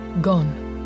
gone